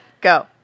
go